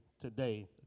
today